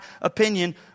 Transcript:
opinion